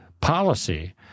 policy